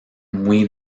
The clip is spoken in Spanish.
muy